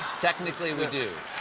technically, we do.